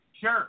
Sure